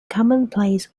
commonplace